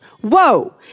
Whoa